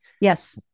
yes